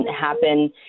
happen